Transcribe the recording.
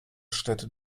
städte